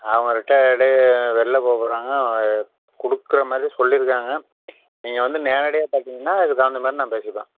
அவங்க ரிட்டைர் ஆகிட்டு வெளில போப்போகிறாங்க கொடுக்குற மாதிரி சொல்லிருக்காங்கள் நீங்கள் வந்து நேரடியாக பார்த்திங்கன்னா அதுக்கு தகுந்த மாதிரி நான் பேசிப்பேன்